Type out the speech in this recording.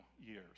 years